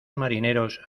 marineros